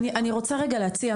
אני רוצה רגע להציע.